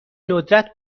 ندرت